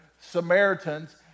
Samaritans